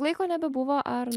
laiko nebebuvo ar